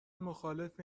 مخالف